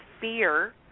fear